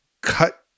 cut